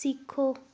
सिक्खो